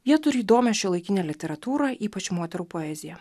jie turi įdomią šiuolaikinę literatūrą ypač moterų poeziją